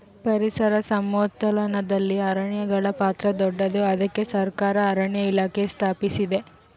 ಪರಿಸರ ಸಮತೋಲನದಲ್ಲಿ ಅರಣ್ಯಗಳ ಪಾತ್ರ ದೊಡ್ಡದು, ಅದಕ್ಕೆ ಸರಕಾರ ಅರಣ್ಯ ಇಲಾಖೆ ಸ್ಥಾಪಿಸಿದೆ